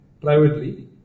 privately